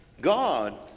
God